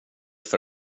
för